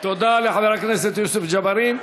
תודה לחבר הכנסת יוסף ג'בארין.